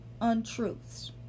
untruths